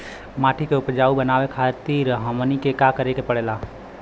माटी के उपजाऊ बनावे खातिर हमनी के का करें के पढ़ेला?